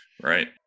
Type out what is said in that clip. Right